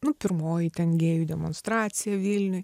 nu pirmoji ten gėjų demonstracija vilniuj